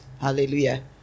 Hallelujah